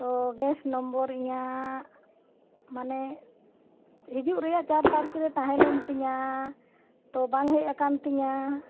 ᱛᱚ gas number ᱤᱧᱟᱹᱜ ᱢᱟᱱᱮ ᱦᱤᱡᱩᱜ ᱨᱮᱭᱟᱜ ᱪᱟᱨ ᱛᱟᱨᱤᱠᱷ ᱨᱮ ᱛᱟᱦᱮᱸ ᱞᱮᱱ ᱛᱤᱧᱟᱹ ᱛᱚ ᱵᱟᱝ ᱦᱮᱡ ᱟᱠᱟᱱ ᱛᱤᱧᱟᱹ